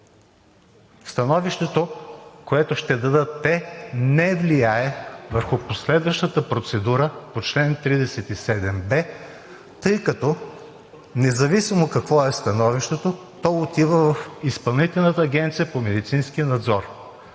Становището, което ще дадат те, не влияе върху последващата процедура по чл. 37б, тъй като независимо какво е становището, то отива в Изпълнителната агенция по Медицински надзор,